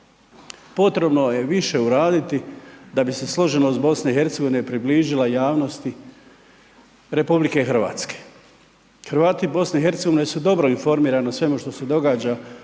Potrebno je više uraditi da bi se složenost BiH približila javnosti RH. Hrvati BiH su dobro informirani o svemu što se događa